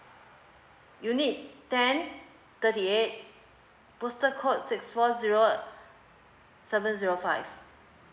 unit ten thirty eight postal code six four zero seven zero five